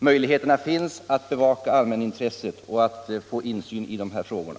Möjligheterna finns att bevaka allmänintresset och att få insyn I de här frågorna!